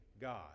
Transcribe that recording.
God